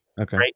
Okay